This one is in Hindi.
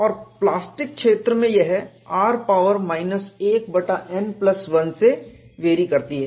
और प्लास्टिक क्षेत्र में यह r पावर माइनस 1 बटा n प्लस 1 से वेरी करती है